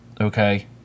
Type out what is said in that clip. okay